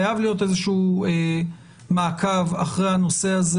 חייב להיות איזשהו מעקב אחרי הנושא הזה.